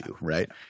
Right